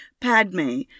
Padme